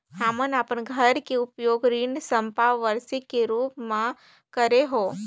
हमन अपन घर के उपयोग ऋण संपार्श्विक के रूप म करे हों